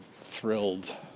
thrilled